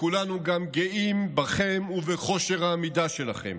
וכולנו גם גאים בכם ובכושר העמידה שלכם.